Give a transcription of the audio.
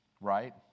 right